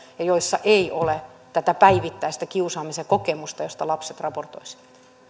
eikä ole tätä päivittäistä kiusaamisen kokemusta josta lapset raportoisivat